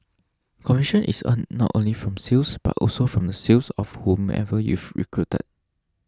commission is earned not only from sales but also from the sales of whomever you've recruited